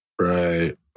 Right